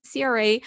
CRA